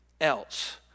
else